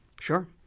Sure